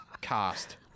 cast